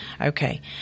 Okay